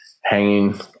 hanging